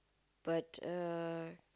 but uh